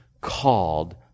called